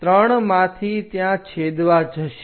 3 માંથી ત્યાં છેદવા જશે